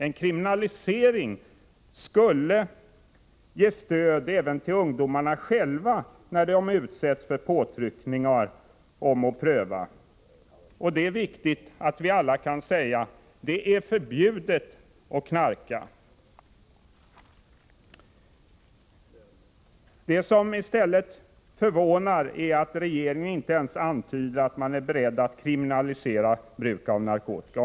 En kriminalisering skulle ge stöd även åt ungdomarna själva, när de utsätts för påtryckningar om att pröva knark. Det är viktigt att vi alla kan säga: Det är förbjudet att knarka. Det som förvånar är att regeringen inte ens antyder att man är beredd att kriminalisera bruk av narkotika.